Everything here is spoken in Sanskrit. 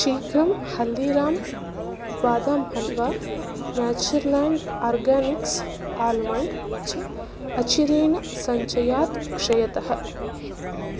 शीघ्रं हल्दिराम् बादाम् हल्वा नेचर्लेण्ड् आर्गानिक्स् आल्मण्ड् च अचिरेण सञ्चयात् क्षयतः